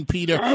Peter